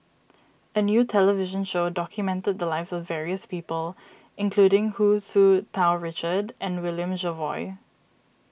a new television show documented the lives of various people including Hu Tsu Tau Richard and William Jervois